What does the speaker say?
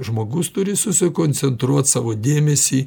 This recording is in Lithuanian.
žmogus turi susikoncentruot savo dėmesį